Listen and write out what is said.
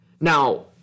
Now